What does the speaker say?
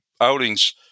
outings